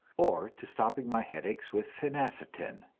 or to stopping my headaches with phenacetin.